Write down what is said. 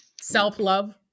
Self-love